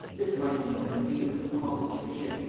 this might be the pate of a politician,